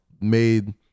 made